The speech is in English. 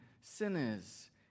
sinners